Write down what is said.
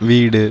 வீடு